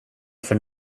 för